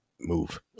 move